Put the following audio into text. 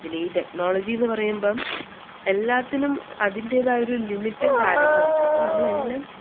പിന്നെ ഈ ടെക്നോളജി എന്ന് പറയുമ്പം എല്ലാത്തിനും അതിൻറേതായ ഒരു ലിമിറ്റും കാര്യങ്ങളും ഉണ്ട് അപ്പോൾ നമ്മൾ എല്ലാം